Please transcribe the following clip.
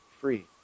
free